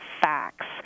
facts